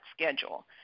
schedule